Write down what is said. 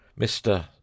mr